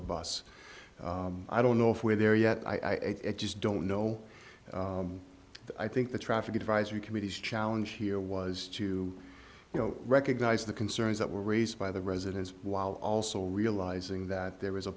a bus i don't know if we're there yet i just don't know i think the traffic advisory committees challenge here was to you know recognize the concerns that were raised by the residents while also realizing that there is a